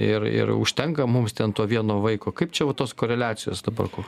ir ir užtenka mums ten to vieno vaiko kaip čia va tos koreliacijos dabar ko